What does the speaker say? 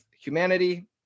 humanity